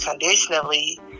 conditionally